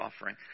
offering